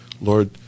Lord